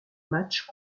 match